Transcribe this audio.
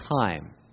time